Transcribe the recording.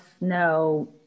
no